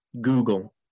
Google